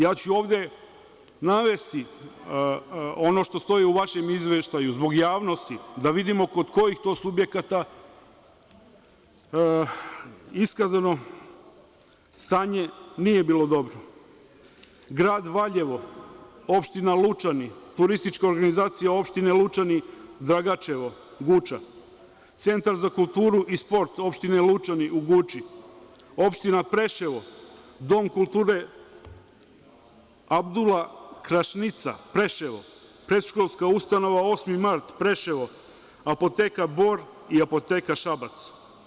Ja ću ovde navesti ono što stoji u vašem izveštaju, zbog javnosti, da vidimo kod kojih to subjekata iskazano stanje nije bilo dobro: grad Valjevo, opština Lučani, Turistička organizacija opštine Lučani, Dragačevo, Guča, Centar za kulturu i sport opštine Lučani u Guči, opština Preševo, Dom kulture "Abdula Krašnica" Preševo, predškolska ustanova "8. mart" Preševo, Apoteka Bor, Apoteka Šabac.